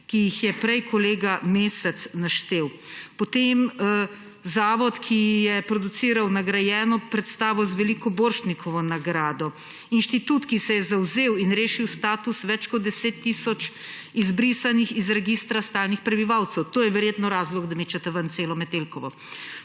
ki jih je prej kolega Mesec naštel. Potem zavod, ki je produciral predstavo, nagrajeno z veliko Borštnikovo nagrado, institut, ki se je zavzel in rešil status več kot 10 tisoč izbrisanih iz registra stalnih prebivalcev. To je verjetno razlog, da mečete ven celo Metelkovo.